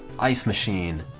ice machine.